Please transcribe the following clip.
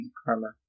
karma